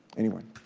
anyone.